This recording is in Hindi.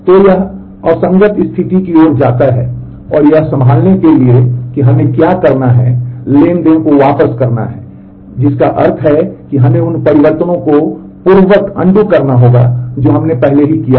तो यह असंगत स्थिति की ओर जाता है और यह संभालने के लिए कि हमें क्या करना है ट्रांज़ैक्शन को वापस करना है जिसका अर्थ है कि हमें उन परिवर्तनों को पूर्ववत करना होगा जो हमने पहले ही किए हैं